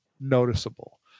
noticeable